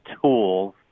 tools